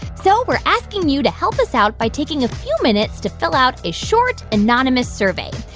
so we're asking you to help us out by taking a few minutes to fill out a short anonymous survey.